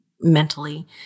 mentally